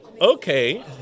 Okay